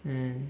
mm